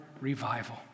revival